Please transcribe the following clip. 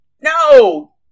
No